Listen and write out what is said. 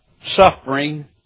suffering